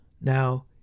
Now